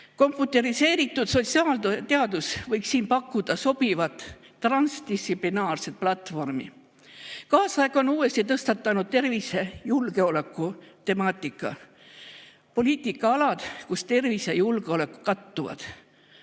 Komputeriseeritud sotsiaalteadus võiks siin pakkuda sobivat transdistsiplinaarset platvormi. Kaasaeg on uuesti tõstatanud tervisejulgeoleku temaatika. Poliitikaalad, kus tervis ja julgeolek kattuvad.